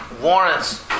warrants